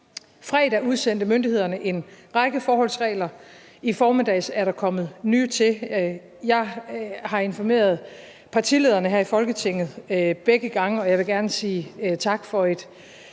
Fredag udsendte myndighederne en række forholdsregler. I formiddags er der kommet nye til. Jeg har informeret partilederne her i Folketinget begge gange, og jeg vil gerne sige tak for et